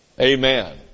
Amen